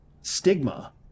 stigma